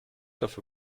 dafür